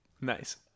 Nice